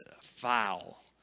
foul